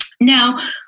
Now